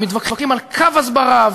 ומתווכחים על קו הסברה,